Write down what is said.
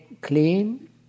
clean